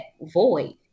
void